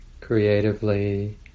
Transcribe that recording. creatively